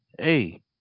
Hey